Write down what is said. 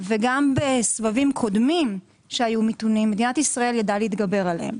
וגם בסבבים קודמים מדינת ישראל ידעה להתגבר עליהם